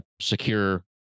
secure